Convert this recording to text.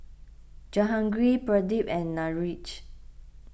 Jahangir Pradip and Niraj